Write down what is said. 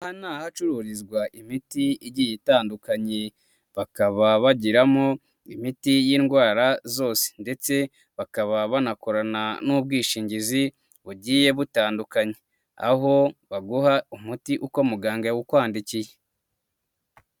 Aha ni ahacururizwa imiti igiye itandukanye, bakaba bagiramo imiti y'indwara zose ndetse bakaba banakorana n'ubwishingizi bugiye butandukanye, aho baguha umuti uko muganga yawukwandikiye.